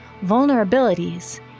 vulnerabilities